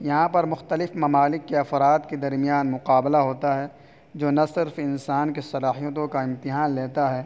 یہاں پر مختلف ممالک کے افراد کے درمیان مقابلہ ہوتا ہے جو نہ صرف انسان کی صلاحیتوں کا امتحان لیتا ہے